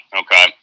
Okay